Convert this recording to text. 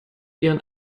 ihren